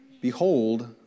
Behold